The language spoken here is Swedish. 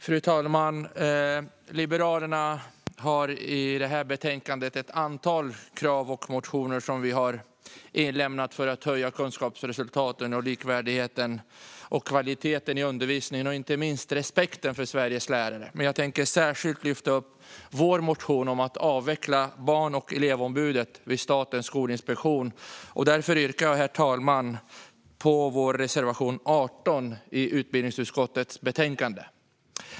Fru talman! Liberalerna har i det här betänkandet ett antal krav och motioner som vi har inlämnat för att höja kunskapsresultaten och öka likvärdigheten och kvaliteten i undervisningen och inte minst respekten för Sveriges lärare. Men jag tänker särskilt lyfta upp vår motion om att avveckla Barn och elevombudet vid Statens skolinspektion. Därför yrkar jag, herr talman, bifall till vår reservation 18 i utbildningsutskottets betänkande.